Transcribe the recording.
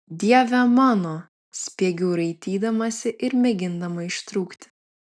dieve mano spiegiu raitydamasi ir mėgindama ištrūkti